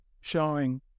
showing